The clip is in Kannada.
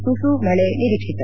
ತುಸು ಮಳೆ ನಿರೀಕ್ಷಿತ